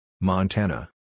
Montana